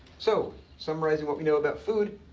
so summarizing what we know about food,